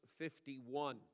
51